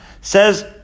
Says